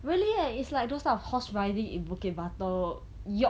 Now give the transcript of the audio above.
really eh it's like those type of horse riding in bukit batok yacht